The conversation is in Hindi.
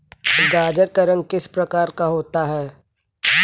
गाजर का रंग किस प्रकार का होता है?